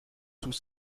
sous